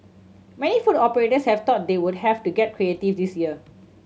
many food operators had thought they would have to get creative this year